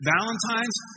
Valentine's